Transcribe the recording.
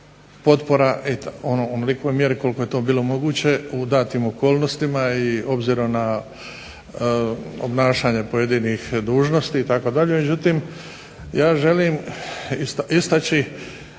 potpora u onolikoj mjeri koliko je to bilo moguće u datim okolnostima i obzirom na obnašanje pojedinih dužnosti itd., međutim ja želim istaći